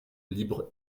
libre